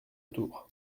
autour